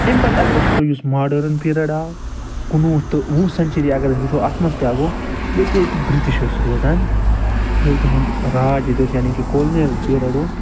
أمۍ پتہٕ اگر أسۍ وُچھَو یُس ماڈٲرٕن پیٖریٚڈ آو کُنوُہ تہٕ وُہ سنچری اگر أسۍ وُچھَو اَتھ منٛز کیٛاہ گوٚو ییٚتہِ ییٚتہِ برٹِش ٲسۍ روزان ییٚلہِ تِہُنٛد راج ییٚتہِ اوس یعنی کہ کولِنیٚل پریڈ اوس